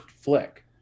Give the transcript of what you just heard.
flick